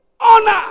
Honor